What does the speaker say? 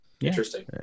Interesting